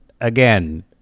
again